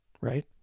right